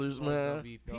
man